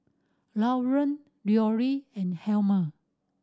Lauren Leroy and Helmer